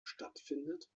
stattfindet